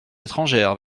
étrangère